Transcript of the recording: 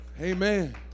Amen